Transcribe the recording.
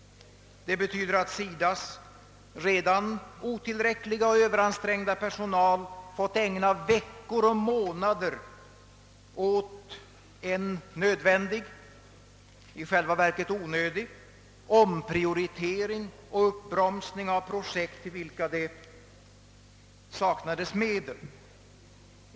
Det betyder att SIDA:s redan otillräckliga och överansträngda personal fått ägna veckor och månader åt en nödvändig — i själva verket onödig — omprioritering och uppbromsning av projekt, till vilka det saknades medel.